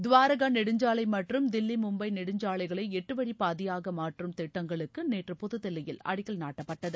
துவாரகா நெடுஞ்சாலை மற்றும் தில்லி மும்பை நெடுஞ்சாலைகளை எட்டு வழிப்பாதையாக மாற்றும் திட்டங்களுக்கு நேற்று புதுதில்லியில் அடிக்கல் நாட்டப்பட்டது